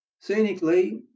Scenically